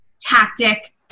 tactic